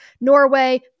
Norway